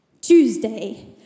Tuesday